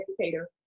educator